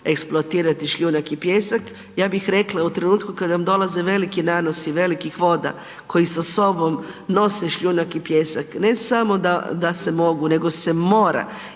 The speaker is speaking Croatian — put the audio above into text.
eksploatirati šljunak i pijesak, ja bih rekla u trenutku kad nam dolaze veliki nanosi velikih voda koji sa sobom nose šljunak i pijesak, ne samo da se mogu, nego se mora